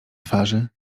twarzy